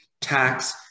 tax